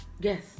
Yes